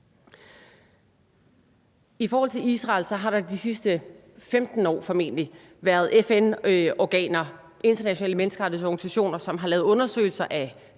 I forhold til Israel har der formentlig i de sidste 15 år været FN-organer, internationale menneskerettighedsorganisationer, som har lavet undersøgelser af